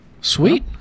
sweet